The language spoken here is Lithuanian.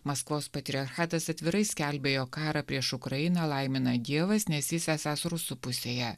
maskvos patriarchatas atvirai skelbia jog karą prieš ukrainą laimina dievas nes jis esąs rusų pusėje